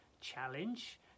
challenge